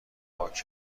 پاک